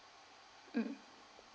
mm